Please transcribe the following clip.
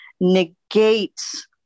negates